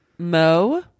Mo